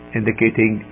indicating